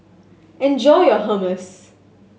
enjoy your Hummus